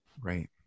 Right